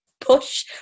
push